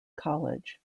college